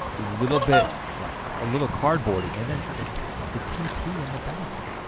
little bit, like a little cardboardy, and then the the tp in the bathroom.